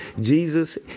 Jesus